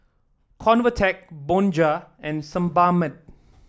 Convatec Bonjela and Sebamed